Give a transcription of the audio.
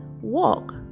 walk